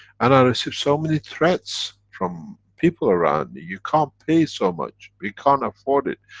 and i received so many threats from people around me, you can't pay so much, we can't afford it.